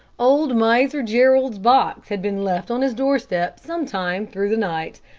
old miser jerrold's box had been left on his doorstep some time through the night,